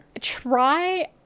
try